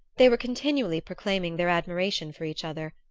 they were continually proclaiming their admiration for each other,